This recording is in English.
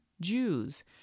jews